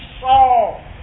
saw